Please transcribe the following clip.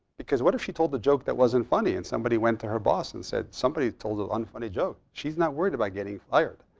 because what if she told the joke that wasn't funny, and somebody went to her boss and said somebody told an unfunny joke? she's not worried about getting fired.